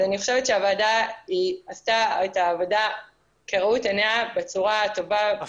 אז אני חושבת שהוועדה עשתה את העבודה כראות עיניה בצורה טובה,